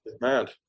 mad